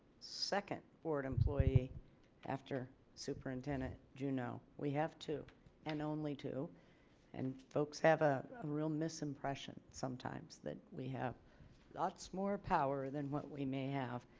second board employee after superintendent juneau we have two and only two and folks have a real misimpressions sometimes that we have lots more power than what we may have.